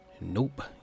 nope